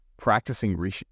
practicing